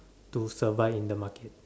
to survive in the market